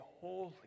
holy